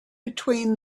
between